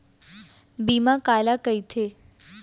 बीमा काला कइथे?